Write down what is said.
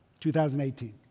2018